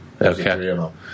Okay